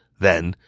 then,